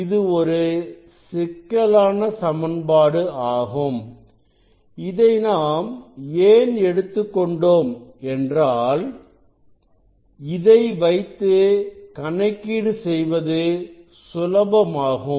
இது ஒரு சிக்கலான சமன்பாடு ஆகும் இதை நாம் ஏன் எடுத்துக்கொண்டோம் என்றால் இதை வைத்து கணக்கீடு செய்வது சுலபமாகும்